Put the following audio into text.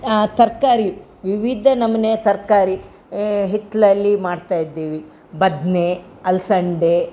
ಆ ತರಕಾರಿ ವಿವಿಧ ನಮೂನೆಯ ತರಕಾರಿ ಹಿತ್ತಲಲ್ಲಿ ಮಾಡ್ತಾ ಇದ್ದೀವಿ ಬದನೆ ಅಲ್ಸಂದೆ